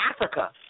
Africa